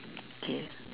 okay